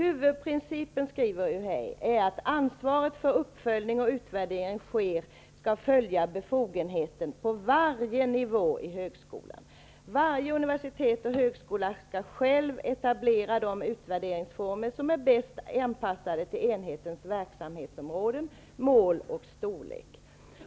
UHÄ skriver: ''Huvudprincipen är att ansvaret för att uppföljning och utvärdering sker skall följa befogenheten på varje nivå i högskolan. Varje universitet och högskola skall själv etablera de utvärderingsformer som är bäst anpassade till enhetens verksamhetsområden, mål och storlek.''